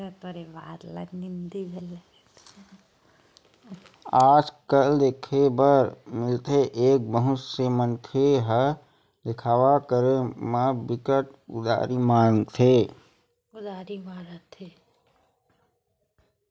आज कल देखे बर मिलथे के बहुत से मनखे ह देखावा करे म बिकट उदारी मारथे